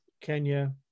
Kenya